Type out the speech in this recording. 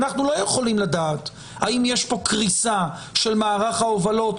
אנחנו לא יכולים לדעת האם יש פה קריסה של מערך ההובלות,